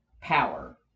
power